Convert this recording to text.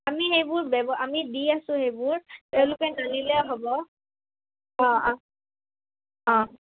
আমি সেইবোৰ বেব আমি দি আছোঁ সেইবোৰ তেওঁলোকে জানিলে হ'ব অঁ অঁ অঁ